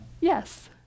Yes